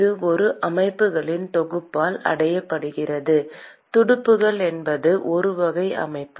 இது ஒரு அமைப்புகளின் தொகுப்பால் அடையப்படுகிறது துடுப்புகள் எனப்படும் ஒரு வகை அமைப்பு